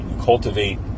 cultivate